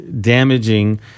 damaging